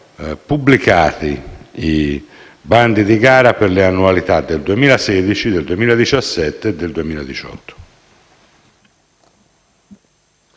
pubblicati i bandi di gara per le annualità 2016, 2017 e 2018.